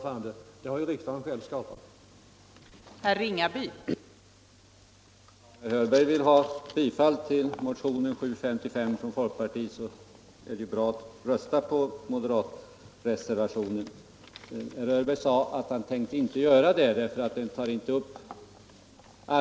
Riksdagen har ju själv skapat det.